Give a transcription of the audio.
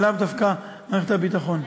ולאו דווקא מערכת הביטחון.